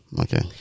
okay